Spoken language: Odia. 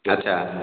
ଆଚ୍ଛା